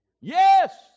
Yes